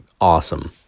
awesome